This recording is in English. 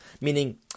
meaning